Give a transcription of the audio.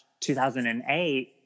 2008